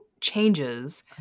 changes